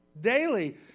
daily